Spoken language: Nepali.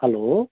हेलो